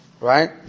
Right